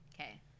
Okay